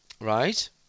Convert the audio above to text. Right